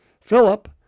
Philip